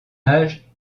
âge